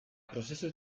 prozesu